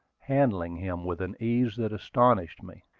handling him with an ease that astonished me.